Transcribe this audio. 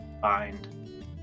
find